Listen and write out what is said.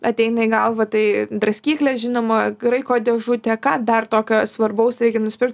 ateina į galvą tai draskyklė žinoma kraiko dėžutė ką dar tokio svarbaus reikia nuspirkt